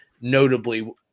notably